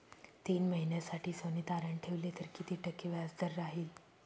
तीन महिन्यासाठी सोने तारण ठेवले तर किती टक्के व्याजदर राहिल?